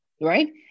right